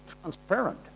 transparent